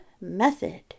Method